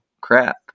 crap